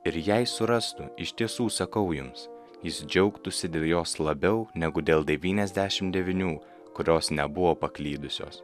ir jei surastų iš tiesų sakau jums jis džiaugtųsi dėl jos labiau negu dėl devyniasdešim devynių kurios nebuvo paklydusios